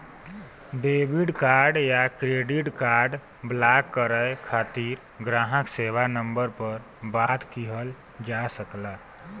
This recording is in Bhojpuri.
डेबिट कार्ड या क्रेडिट कार्ड ब्लॉक करे खातिर ग्राहक सेवा नंबर पर बात किहल जा सकला